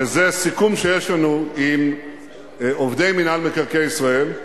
וזה סיכום שיש לנו עם עובדי מינהל מקרקעי ישראל,